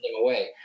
away